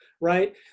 right